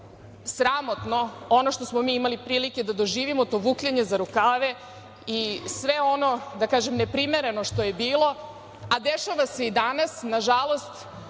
sramotno ono što smo mi imali prilike da doživimo, to vukljanje za rukave i sve ono, da kažem, neprimereno što je bilo a dešava se i danas, nažalost,